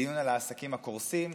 לדיון על העסקים הקורסים,